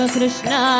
Krishna